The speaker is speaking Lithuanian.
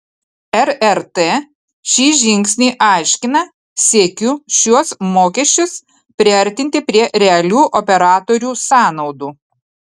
rrt šį žingsnį aiškina siekiu šiuos mokesčius priartinti prie realių operatorių sąnaudų